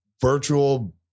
virtual